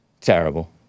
Terrible